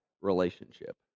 relationship